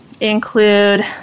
include